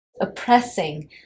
oppressing